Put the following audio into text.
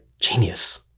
genius